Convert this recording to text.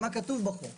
מה כתוב בחוק.